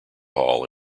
hall